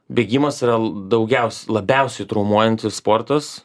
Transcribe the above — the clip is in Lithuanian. bėgimas yra l daugiaus labiausiai traumuojantis sportas